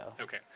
Okay